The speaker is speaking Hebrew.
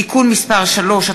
(תיקון מס' 3),